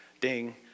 Ding